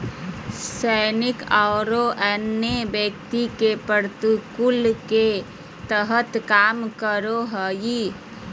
सैनिक औरो अन्य व्यक्ति के प्रतिकूल के तरह काम करो हइ